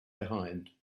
behind